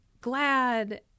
glad